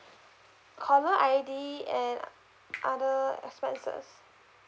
caller I_D and other expenses